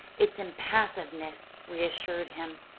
its impassiveness reassured him.